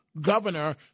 governor